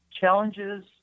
Challenges